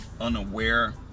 unaware